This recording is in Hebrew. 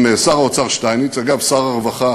עם שר האוצר שטייניץ, אגב, שר הרווחה